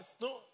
No